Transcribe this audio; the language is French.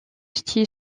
style